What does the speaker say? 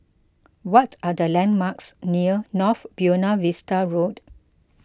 what are the landmarks near North Buona Vista Road